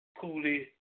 Cooley